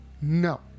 no